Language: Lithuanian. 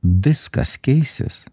viskas keisis